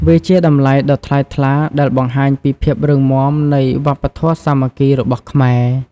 វាជាតម្លៃដ៏ថ្លៃថ្លាដែលបង្ហាញពីភាពរឹងមាំនៃវប្បធម៌សាមគ្គីរបស់ខ្មែរ។